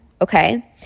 okay